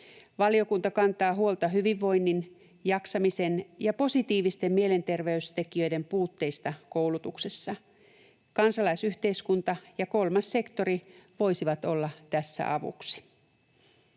Valiokunta kantaa huolta hyvinvoinnin, jaksamisen ja positiivisten mielenterveystekijöiden puutteista koulutuksessa. Kansalaisyhteiskunta ja kolmas sektori voisivat olla tässä avuksi.